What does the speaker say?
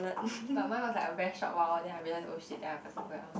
but mine was like a very short while then I realize oh shit then I faster put it on